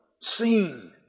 seen